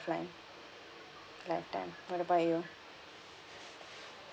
line lifetime what about you